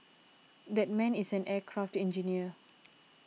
that man is an aircraft engineer